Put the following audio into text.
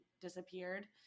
disappeared